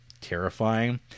terrifying